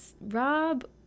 Rob